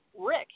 Rick